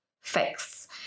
fix